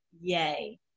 Yay